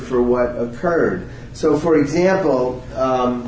for what occurred so for example